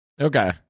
Okay